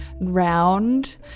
round